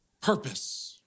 purpose